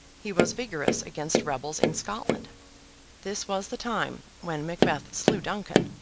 he was vigorous against rebels in scotland this was the time when macbeth slew duncan,